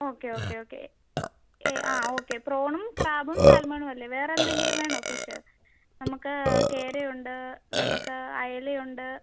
okay okay okay uh ah okay പ്രോണും ക്രാബും സാൽമണുവല്ലെ വേറെ എന്തെങ്കിലും വേണോ ഫിഷ് നമുക്ക് കേരയുണ്ട് നമുക്ക് അയലയുണ്ട്